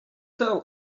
tell